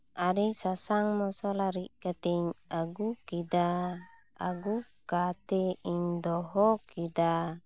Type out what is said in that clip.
ᱟᱨᱮ ᱥᱟᱥᱟᱝ ᱢᱚᱥᱞᱟ ᱨᱤᱫ ᱠᱟᱛᱮᱧ ᱟᱹᱜᱩ ᱠᱮᱫᱟ ᱟᱹᱜᱩ ᱠᱟᱛᱮ ᱤᱧ ᱫᱚᱦᱚ ᱠᱮᱫᱟ